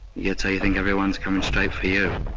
yeah so you think everyone's coming straight for you.